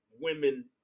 women